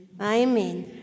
Amen